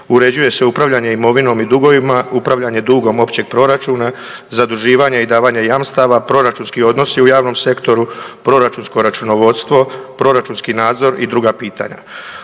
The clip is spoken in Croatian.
uređuje se upravljanje imovinom i dugovima, upravljanje dugom općeg proračuna, zaduživanja i davanja jamstava, proračunski odnosi u javnom sektoru, proračunsko računovodstvo, proračunski nadzor i druga pitanja.